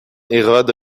hérode